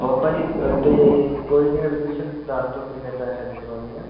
ਬਾਬਾ ਜੀ ਇੱਕ ਅਤੇ ਕੋਈ ਨਹੀਂ ਅਡਮਿਸ਼ਨ ਦੱਸ ਦਿਉ ਕਿੰਨੇ ਪੈਸਿਆਂ ਦੀ ਕਰਵਾਉਣੀ ਹੈ